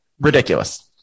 Ridiculous